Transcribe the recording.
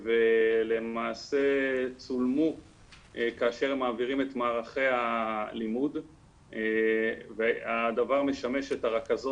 ולמעשה צולמו כאשר הם מעבירים את מערכי הלימוד והדבר משמש את הרכזות